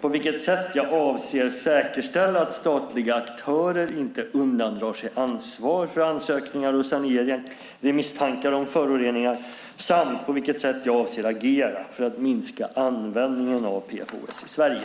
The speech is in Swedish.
på vilket sätt jag avser att säkerställa att statliga aktörer inte undandrar sig ansvar för undersökningar och sanering vid misstankar om föroreningar samt på vilket sätt jag avser att agera för att minska användningen av PFOS i Sverige.